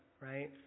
right